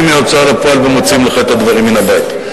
מההוצאה לפועל ומוציאים לך את הדברים מן הבית.